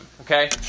Okay